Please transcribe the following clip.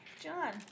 John